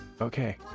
Okay